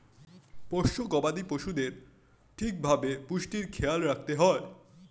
পোষ্য গবাদি পশুদের ঠিক ভাবে পুষ্টির খেয়াল রাখতে হয়